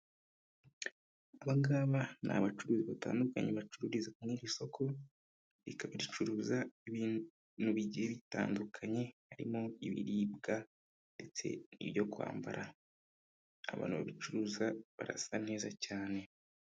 Aba ngaba ni abacuruzi batandukanye, bacururiza mu iri soko, rikaba ricuruza ibintu bigiye bitandukanye, harimo ibiribwa ndetse n'ibyo kwambara, abantu babicuruza barasa neza cyane.